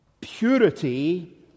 purity